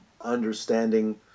understanding